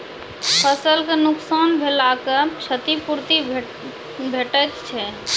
फसलक नुकसान भेलाक क्षतिपूर्ति भेटैत छै?